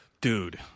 dude